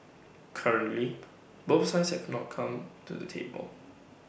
currently both sides have not come to the table